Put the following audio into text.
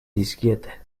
dizkiete